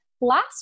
last